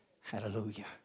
Hallelujah